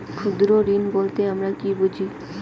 ক্ষুদ্র ঋণ বলতে আমরা কি বুঝি?